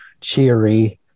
cheery